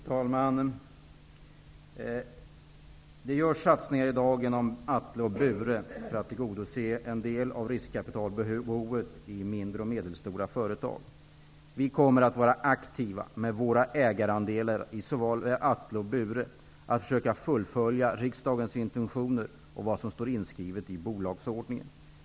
Fru talman! Det görs i dag satsningar genom Atle och Bure för att tillgodose en del av riskkapitalbehovet i de mindre och medelstora företagen. Vi kommer att vara aktiva med våra ägarandelar i såväl Atle som Bure och försöka fullfölja riksdagens intentioner och vad som står inskrivet i bolagsordningen.